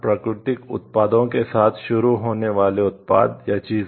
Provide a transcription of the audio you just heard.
प्राकृतिक उत्पादों के साथ शुरू होने वाले उत्पाद या चीजें